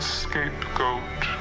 scapegoat